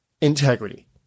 integrity